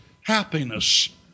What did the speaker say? happiness